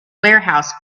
warehouse